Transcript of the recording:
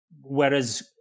whereas